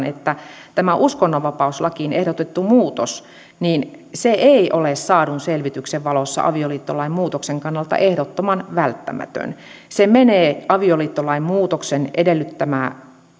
että tämä uskonnonvapauslakiin ehdotettu muutos ei ole saadun selvityksen valossa avioliittolain muutoksen kannalta ehdottoman välttämätön se menee avioliittolain muutoksen edellyttämää